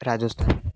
Rajasthan